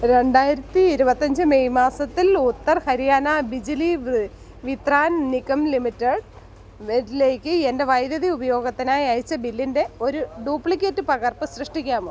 രണ്ടായിരത്തി ഇരുപത്തഞ്ച് മെയ് മാസത്തിൽ ഉത്തർ ഹരിയാന ബിജ്ലി വിത്രാൻ നിഗം ലിമിറ്റഡിലേക്ക് എൻ്റെ വൈദ്യുതി ഉപയോഗത്തിനായി അയച്ച ബില്ലിൻ്റെ ഒരു ഡ്യൂപ്ലിക്കേറ്റ് പകർപ്പ് സൃഷ്ടിക്കാമോ